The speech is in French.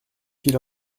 qu’il